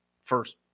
first